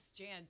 Jan